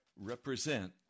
represent